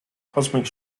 cosmic